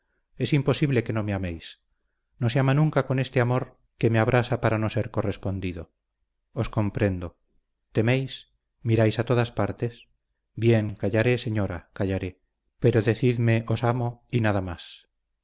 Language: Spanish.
es imposible que no me améis no se ama nunca con este amor que me abrasa para no ser correspondido os comprendo teméis miráis a todas partes bien callaré señora callaré pero decidme os amo y nada más